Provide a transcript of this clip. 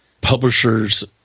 publishers